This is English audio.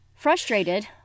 Frustrated